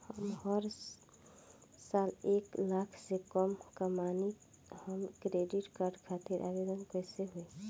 हम हर साल एक लाख से कम कमाली हम क्रेडिट कार्ड खातिर आवेदन कैसे होइ?